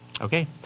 Okay